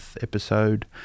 episode